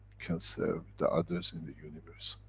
can serve the others in the universe.